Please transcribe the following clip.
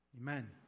Amen